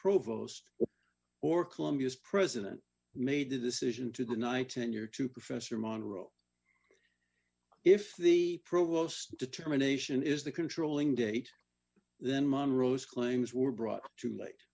provost or columbia's president made the decision to deny tenure to professor monro if the provost determination is the controlling date then munro's claims were brought to light